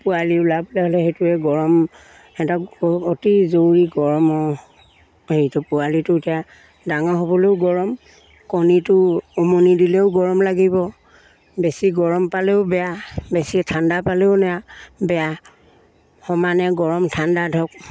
পোৱালি ওলাবলে হ'লে সেইটোৱে গৰম সেহেঁতক অতি জৰুৰী গৰমৰ হেৰিটো পোৱালিটো এতিয়া ডাঙৰ হ'বলেও গৰম কণীটো উমনি দিলেও গৰম লাগিব বেছি গৰম পালেও বেয়া বেছি ঠাণ্ডা পালেও বেয়া সমানে গৰম ঠাণ্ডা ধৰক